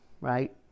right